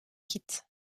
quitte